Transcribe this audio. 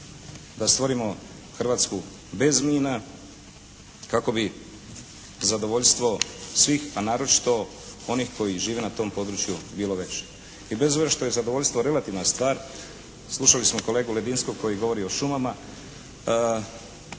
da stvorimo Hrvatsku bez mina kako bi zadovoljstvo svih, a naročito onih koji žive na tom području bilo veće. I bez obzira što je zadovoljstvo relativna stvar, slušali smo kolegu Ledinskog koji govori o šumama,